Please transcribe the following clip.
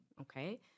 okay